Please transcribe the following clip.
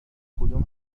کدوم